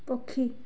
ପକ୍ଷୀ